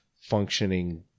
functioning